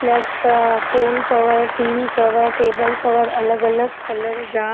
plus को phone cover TV cover table cover अलॻि अलॻि कलर जा